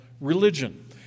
religion